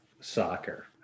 soccer